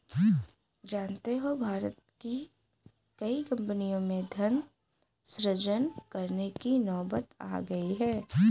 जानते हो भारत की कई कम्पनियों में धन सृजन करने की नौबत आ गई है